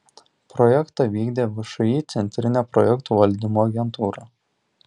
projektą vykdė všį centrinė projektų valdymo agentūra